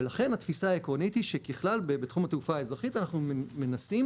ולכן התפיסה העקרונית היא שככלל בתחום התעופה האזרחית אנחנו מנסים,